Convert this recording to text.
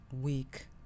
week